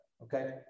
Okay